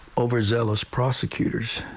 overzealous prosecutors.